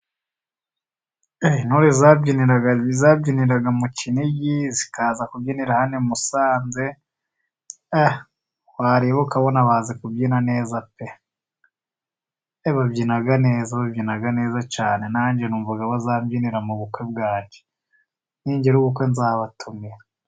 Intore zabyinira mu kinigi. Zikaza kubyinira hano i Musanze .Wareba ukabona bazi kubyina neza pee! Babyina neza cyane nange .Numvaga bazambyinira mu bukwe bwange ningira ubukwe nzabatumira.